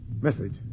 Message